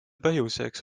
põhjuseks